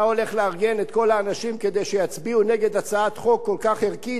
אתה הולך לארגן את כל האנשים כדי שיצביעו נגד הצעת חוק כל כך ערכית,